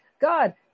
God